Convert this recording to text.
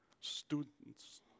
students